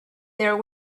there